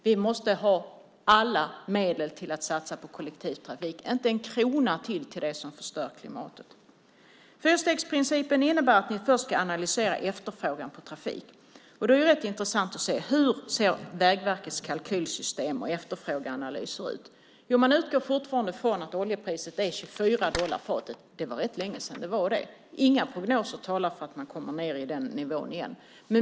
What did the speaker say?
Vi måste använda alla medel till att satsa på kollektivtrafik. Inte en krona till ska gå till sådant som förstör klimatet. Fyrstegsprincipen innebär att ni först ska analysera efterfrågan på trafik. Då är det intressant att se hur Vägverkets kalkylsystem och efterfrågeanalyser ser ut. Man utgår fortfarande från att oljepriset är 24 dollar per fat. Det är rätt länge sedan det priset gällde. Inga prognoser talar för att man kommer ned i den nivån igen.